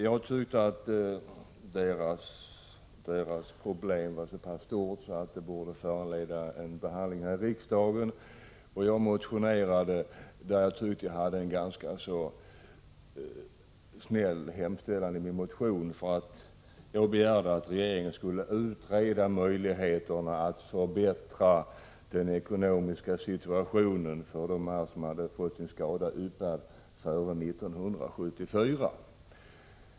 Jag tyckte att deras problem var så pass stort att det borde föranleda en behandling i riksdagen. Jag motionerade, och jag tycker att jag hade en ganska snäll hemställan i min motion — jag begärde att regeringen skulle utreda möjligheterna att förbättra den ekonomiska situationen för dem som fått sin skada yppad före 1974.